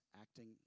acting